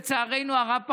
לצערנו הרב,